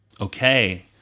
Okay